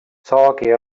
saagi